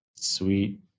Sweet